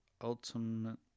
ultimate